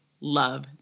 love